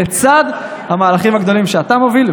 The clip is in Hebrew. לצד המהלכים הגדולים שאתה מוביל,